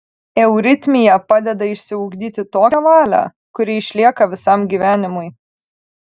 euritmija padeda išsiugdyti tokią valią kuri išlieka visam gyvenimui